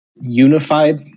unified